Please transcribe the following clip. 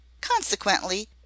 consequently